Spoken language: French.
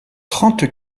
trente